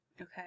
Okay